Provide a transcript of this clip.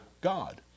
God